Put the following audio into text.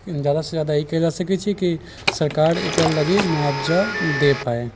जादा से जादा ई कयल जा सकै छै की सरकार एकरा लागी मुआवजा दे पाय